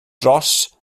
dros